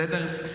בסדר?